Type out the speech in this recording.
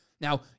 Now